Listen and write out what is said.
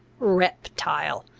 reptile!